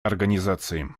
организации